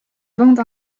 bande